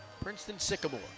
Princeton-Sycamore